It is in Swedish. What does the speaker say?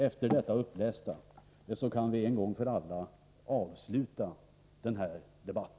Efter det upplästa kan vi en gång för alla avsluta denna debatt.